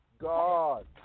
God